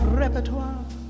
repertoire